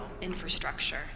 infrastructure